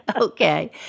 Okay